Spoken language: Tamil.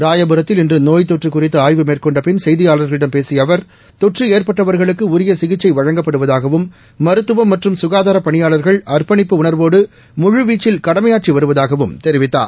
ராயபுரத்தில் இன்று நோய்த்தொற்று குறித்து ஆய்வு மேற்கொண்ட பின் செய்தியாளர்களிடம் பேசிய அவர் தொற்று ஏற்பட்டவா்களுக்கு உரிய சிகிச்சை வழங்கப்படுவதாகவும் மருத்துவம் மற்றும் ககாதாரப் பணியாளாகள் அர்ப்பணிப்பு உணர்வோடு முழுவீச்சில் கடமையாற்றி வருவதாகவும் தெரிவித்தார்